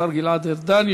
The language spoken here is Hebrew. השר גלעד ארדן,